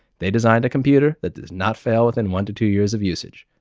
they designed a computer that does not fail within one to two years of usage.